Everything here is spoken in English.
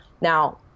Now